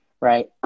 right